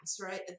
right